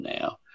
now